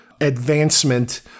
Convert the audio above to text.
advancement